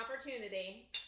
opportunity